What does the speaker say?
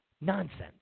nonsense